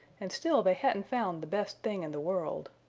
and still they hadn't found the best thing in the world.